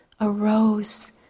arose